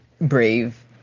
brave